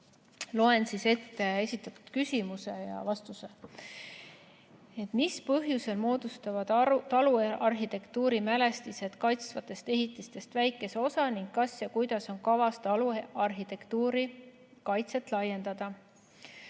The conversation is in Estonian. Loen ette esitatud küsimuse ja vastuse."Mis põhjusel moodustavad taluarhitektuuri mälestised kaitstavatest ehitistest nii väikese osa ning kas ja kuidas on kavas taluarhitektuuri kaitset laiendada?"